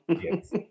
Yes